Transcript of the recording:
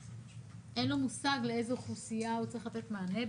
אין לו מושג לאיזו אוכלוסייה הוא צריך לתת מענה,